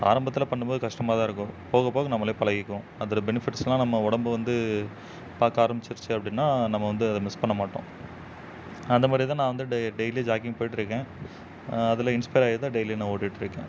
ஆரம்பத்தில் பண்ணும் போது கஷ்டமாக தான் இருக்கும் போக போக நம்மளே பழகிக்குவோம் அதோடய பெனிஃபிட்ஸ்லாம் நம்ம உடம்பு வந்து பார்க்க ஆரம்பிச்சிருச்சு அப்படின்னா நம்ம வந்து அதை மிஸ் பண்ண மாட்டோம் நான் அந்த மாதிரி தான் நான் வந்து டெ டெய்லி ஜாகிங் போய்கிட்ருக்கேன் அதில் இன்ஸ்பயர் ஆகி தான் டெய்லியும் நான் ஓடிகிட்ருக்கேன்